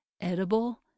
edible